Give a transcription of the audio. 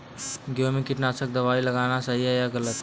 गेहूँ में कीटनाशक दबाई लगाना सही है या गलत?